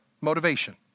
motivation